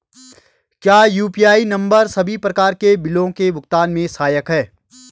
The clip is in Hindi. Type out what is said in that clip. क्या यु.पी.आई नम्बर सभी प्रकार के बिलों के भुगतान में सहायक हैं?